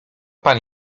pan